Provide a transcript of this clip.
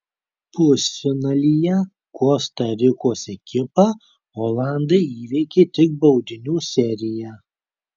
pusfinalyje kosta rikos ekipą olandai įveikė tik baudinių serija